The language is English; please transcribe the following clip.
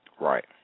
Right